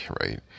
right